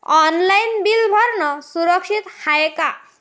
Online bill भरनं सुरक्षित हाय का?